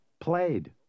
Played